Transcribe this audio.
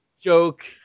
joke